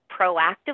proactively